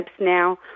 now